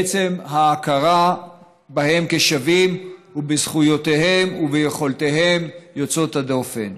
בעצם ההכרה בהם כשווים ובזכויותיהם וביכולותיהם יוצאות הדופן